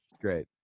great